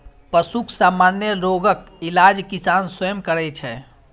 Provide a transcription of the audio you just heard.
पशुक सामान्य रोगक इलाज किसान स्वयं करै छै